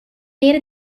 made